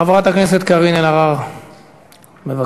חברת הכנסת קארין אלהרר, בבקשה.